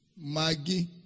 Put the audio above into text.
Maggie